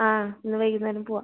ആ ഇന്ന് വൈകുന്നേരം പോവാം